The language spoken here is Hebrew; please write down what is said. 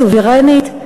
סוברנית,